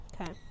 Okay